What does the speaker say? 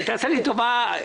תעשה לי טובה,